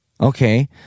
Okay